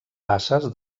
passes